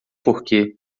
porque